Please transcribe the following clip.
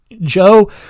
Joe